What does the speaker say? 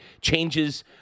changes